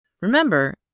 Remember